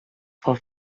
for